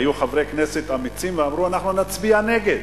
והיו חברי כנסת אמיצים שאמרו: אנחנו נצביע נגד